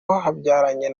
wabyaranye